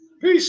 Peace